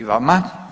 I vama.